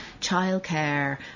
childcare